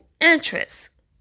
interest